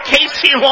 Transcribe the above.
Casey